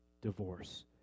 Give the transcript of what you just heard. divorce